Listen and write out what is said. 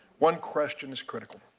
one question is critical.